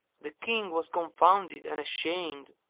the king was confounded and ashamed,